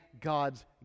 God's